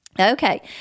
Okay